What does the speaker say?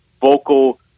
vocal